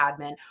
admin